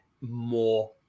more